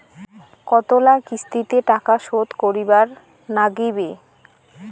কতোলা কিস্তিতে টাকা শোধ করিবার নাগীবে?